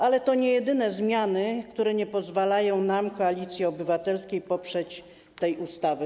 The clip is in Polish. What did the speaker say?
Ale to nie jedyne zmiany, które nie pozwalają nam, Koalicji Obywatelskiej, poprzeć tej ustawy.